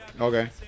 Okay